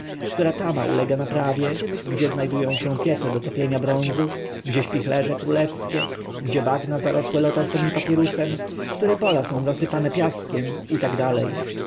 która tama ulega naprawie gdzie znajdują się piece do topienia bronzu gdzie śpichrze królewskie gdzie bagna zarosłe lotosem i papirusem które pola są zasypane piaskiem i tak dalej